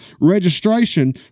registration